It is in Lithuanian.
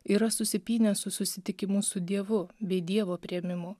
yra susipynę su susitikimu su dievu bei dievo priėmimu